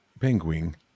penguin